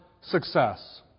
Success